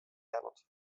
jäänud